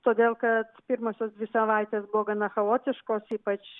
todėl kad pirmosios dvi savaitės buvo gana chaotiškos ypač